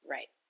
Right